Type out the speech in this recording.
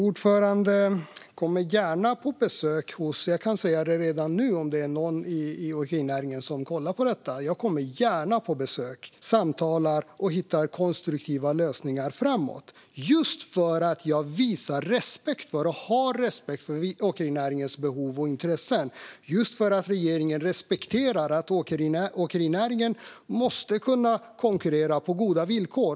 Fru talman! Jag kommer gärna på besök. Det kan jag säga redan nu om det är någon från åkerinäringen som kollar på detta. Jag kommer gärna på besök, samtalar och hittar konstruktiva lösningar framåt - just för att jag visar respekt och har respekt för åkerinäringens behov och intressen. Jag gör det just för att regeringen respekterar att åkerinäringen måste kunna konkurrera på goda villkor.